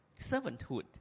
servanthood